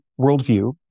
worldview